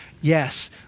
Yes